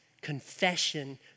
Confession